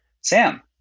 Sam